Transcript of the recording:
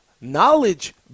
knowledge